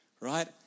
right